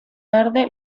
tarde